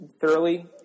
thoroughly